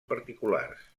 particulars